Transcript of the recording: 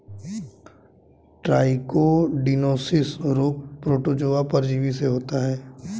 trichodinosis रोग protozoa परजीवी से होता है